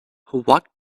what